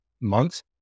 months